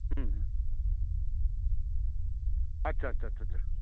হুম আচ্ছা আচ্ছা আচ্ছা আচ্ছা আচ্ছা